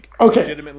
Okay